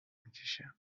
میکشه